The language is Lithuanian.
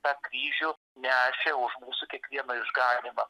tą kryžių nešė už mūsų kiekvieno išganymą